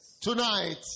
Tonight